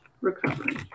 recovery